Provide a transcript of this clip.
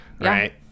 Right